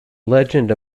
legend